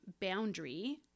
boundary